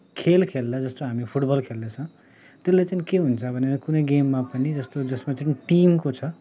खेल खेल्दा जस्तो हामी फुटबल खेल्दैछ त्यसले चाहिँ के हुन्छ भने कुनै गेममा पनि जस्तो जसमा चाहिँ टिमको छ